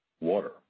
Water